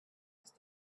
must